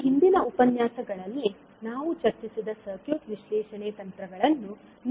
ನಮ್ಮ ಹಿಂದಿನ ಉಪನ್ಯಾಸಗಳಲ್ಲಿ ನಾವು ಚರ್ಚಿಸಿದ ಸರ್ಕ್ಯೂಟ್ ವಿಶ್ಲೇಷಣೆ ತಂತ್ರಗಳನ್ನು ನೀವು ಈಗ ಬಳಸಬಹುದು